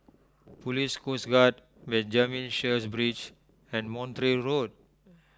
Police Coast Guard Benjamin Sheares Bridge and Montreal Road